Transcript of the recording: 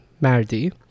mardi